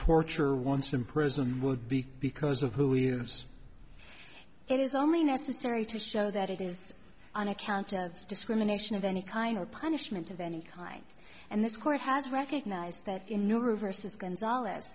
torture once in prison would be because of who ears it is only necessary to show that it is on account of discrimination of any kind of punishment of any kind and this court has recognized that in new reverses go